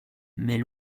mais